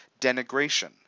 denigration